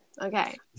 Okay